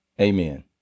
Amen